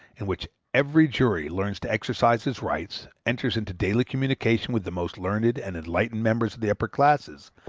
in which every juror learns to exercise his rights, enters into daily communication with the most learned and enlightened members of the upper classes,